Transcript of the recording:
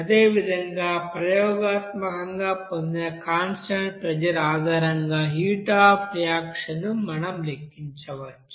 అదేవిధంగా ప్రయోగాత్మకంగా పొందిన కాన్స్టాంట్ ప్రెజర్ ఆధారంగా హీట్ అఫ్ రియాక్షన్ ను మనం లెక్కించవచ్చు